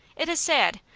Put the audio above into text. it is sad,